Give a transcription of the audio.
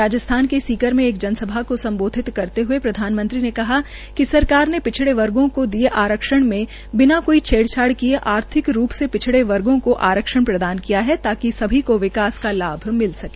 राज्स्थान के सीकर में एक जनसभा को संबोधित करत हुए प्रधानमंत्री ने कहा कि सरकार ने पिछड़े वर्गों को दिए आरक्षण में बिना कोई छेड़छाड़ किए आर्थिक रूप से पिछड़े वर्गों को आरक्षण प्रदान किया है ताकि सभी को विकास का लाभ मिल सके